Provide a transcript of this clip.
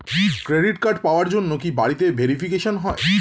Credit card পাওয়ার জন্য কি বাড়িতে ভেরিফিকেশন হয়?